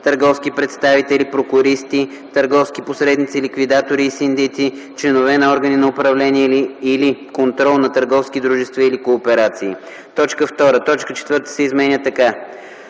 търговски представители, прокуристи, търговски посредници, ликвидатори и синдици, членове на органи на управление или контрол на търговски дружества или кооперации;” 2. Точка 4 се изменя така: